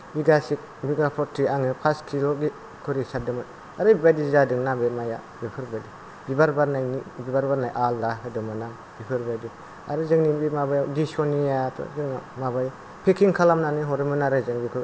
बिगासे बिगा फरटि आङो फासकिल' खरि सारदोंमोन ओरैबादि जादोंना बे माइआ बेफोरबादि बिबार बारनायनि बिबार बारनाय आलदा होदोंमोन आं बेफोरबायदि आरो जोंनि बे माबायाव दुइस'निआथ' जोंना माबायो पेकिं खालामनानै हरोमोन आरो जों बेखौ